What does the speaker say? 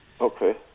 Okay